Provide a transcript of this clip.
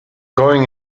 going